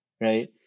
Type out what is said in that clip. right